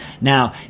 Now